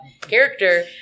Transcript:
character